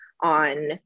on